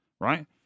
right